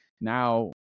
Now